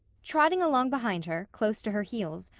trotting along behind her, close to her heels,